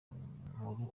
nkuru